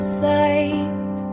sight